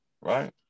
right